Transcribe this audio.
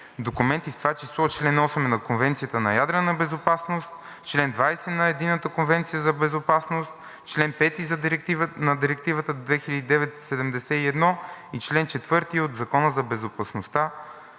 документи, в това число чл. 8 на Конвенцията за ядрена безопасност; чл. 20 на Единната конвенция за безопасност; чл. 5 на Директива 2009/71; чл. 4 от Закона за безопасно